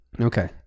Okay